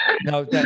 no